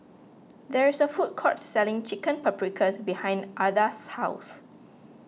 there is a food court selling Chicken Paprikas behind Ardath's house